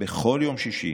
בכל יום שישי,